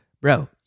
bro